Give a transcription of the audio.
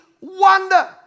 wonder